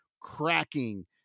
cracking